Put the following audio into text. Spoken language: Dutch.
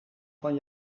van